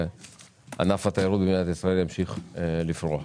וענף התיירות במדינת ישראל ימשיך לפרוח.